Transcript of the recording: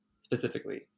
Specifically